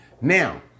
Now